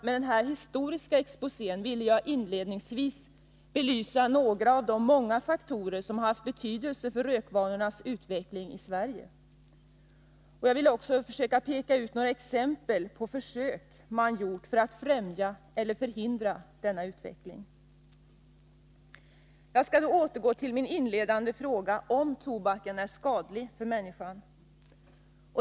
Med denna historiska exposé ville jag inledningsvis belysa några av de många faktorer som har haft betydelse för rökvanornas utveckling i Sverige och också peka ut några exempel på de försök man gjort för att främja eller förhindra denna utveckling. Jag skall härefter återgå till min inledande fråga om huruvida tobaken är skadlig för människan.